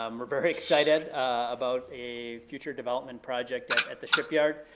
um we're very excited about a future development project at the shipyard.